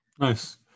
Nice